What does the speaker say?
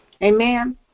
Amen